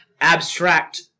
abstract